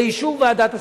לאישור ועדת השרים.